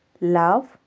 love